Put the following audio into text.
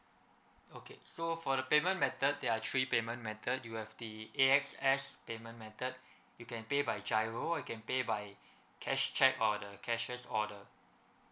okay so for the payment method there are three payment method you have the A_X_S payment method you can pay by giro or you can pay by cash check or the cashiers order